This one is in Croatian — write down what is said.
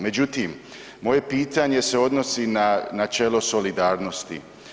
Međutim, moje pitanje se odnosi na načelo solidarnosti.